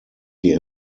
die